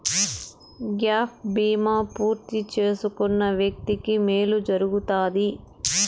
gap బీమా పూర్తి చేసుకున్న వ్యక్తికి మేలు జరుగుతాది